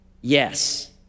Yes